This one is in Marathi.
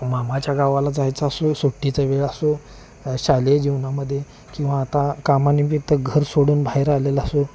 मामाच्या गावाला जायचं असो सुट्टीचा वेळ असो शालेय जीवनामध्येे किंवा आता कामानिमित्त घर सोडून बाहेर आलेला असो